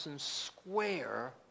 square